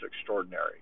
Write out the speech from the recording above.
extraordinary